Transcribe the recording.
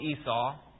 Esau